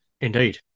Indeed